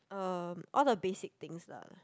um all the basic things lah